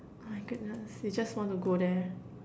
my goodness you just want to go there